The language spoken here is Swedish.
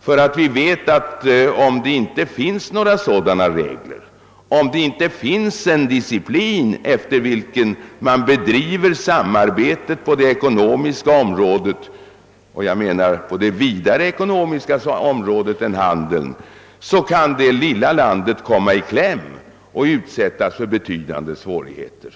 för att vi vet att om det inte finns sådana regler, om det inte finns en disciplin, efter vilken man bedriver samarbete på det ekonomiska området — jag menar därmed ett vidare ekonomiskt område än handeln — så kan ett litet land komma i kläm och utsättas för betydande svårigheter.